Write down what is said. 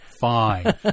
Fine